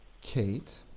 Kate